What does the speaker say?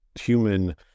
human